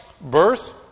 birth